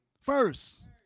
First